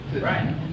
Right